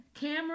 camera